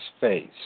face